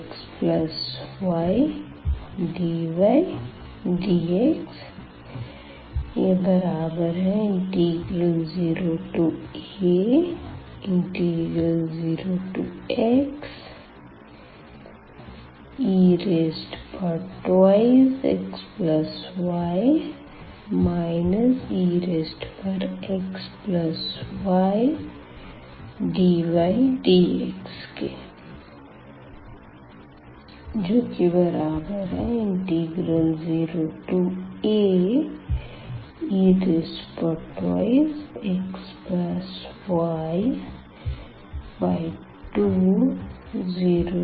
0xydydx0a0xe2xy exydydx 0ae2xy2